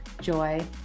joy